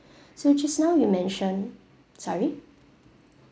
so just now you mentioned sorry